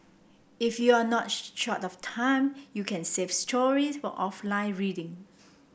if you are not short of time you can save stories for offline reading